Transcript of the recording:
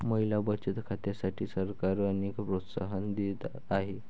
महिला बचत खात्यांसाठी सरकार अनेक प्रोत्साहन देत आहे